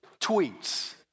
tweets